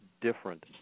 different